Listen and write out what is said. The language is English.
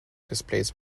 displays